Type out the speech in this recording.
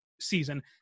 season